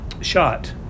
shot